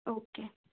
okay